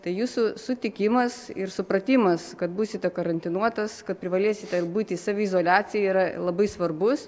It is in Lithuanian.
tai jūsų sutikimas ir supratimas kad būsite karantinuotas kad privalėsite būti saviizoliacijoje yra labai svarbus